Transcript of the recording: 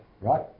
right